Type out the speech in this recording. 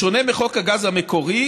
בשונה מחוק הגז המקורי,